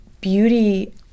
beauty